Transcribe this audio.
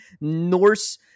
Norse